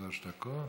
שלוש דקות.